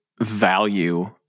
value